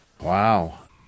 Wow